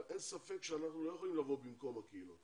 אבל אין ספק שאנחנו לא יכולים לבוא במקום הקהילות